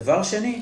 דבר שני,